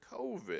COVID